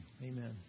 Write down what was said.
amen